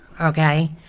okay